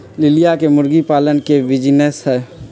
लिलिया के मुर्गी पालन के बिजीनेस हई